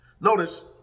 Notice